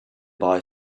boy